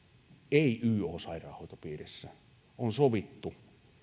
ei yo sairaanhoitopiirissä on sovittu